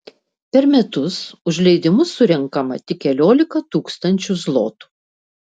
per metus už leidimus surenkama tik keliolika tūkstančių zlotų